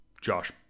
Josh